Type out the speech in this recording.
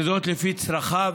וזאת לפי צרכיו